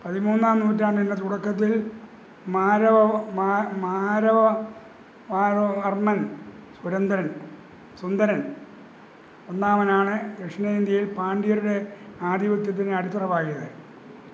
പതിമൂന്നാം നൂറ്റാണ്ടിന്റെ തുടക്കത്തിൽ മാര മാര മാര മാരവർമ്മൻ സുരന്ദരൻ സുരന്ദരൻ സുന്ദരൻ ഒന്നാമനാണ് ദക്ഷിണേൻഡ്യയിൽ പാണ്ഡ്യരുടെ ആധിപത്യത്തിന് അടിത്തറ പാകിയത്